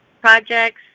projects